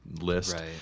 list